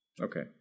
Okay